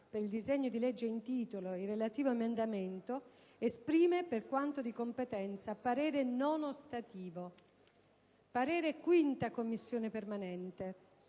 per il disegno di legge in titolo e il relativo emendamento, esprime, per quanto di competenza, parere non ostativo». «La Commissione programmazione